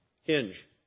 hinge